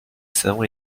savants